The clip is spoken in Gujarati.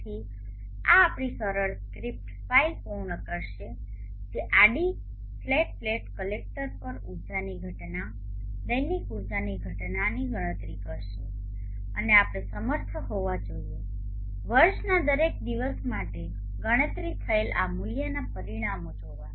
તેથી આ આપણી સરળ સ્ક્રિપ્ટ ફાઇલ પૂર્ણ કરશે જે આડી ફ્લેટ પ્લેટ કલેક્ટર પર ઉર્જાની ઘટના દૈનિક ઉર્જાની ઘટનાની ગણતરી કરશે અને આપણે સમર્થ હોવા જોઈએ વર્ષના દરેક દિવસ માટે ગણતરી થયેલ આ મૂલ્યનાં પરિણામો જોવા